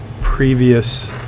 previous